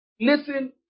Listen